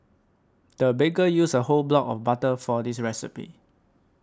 the baker used a whole block of butter for this recipe